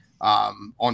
on